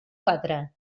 quatre